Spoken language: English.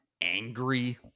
angry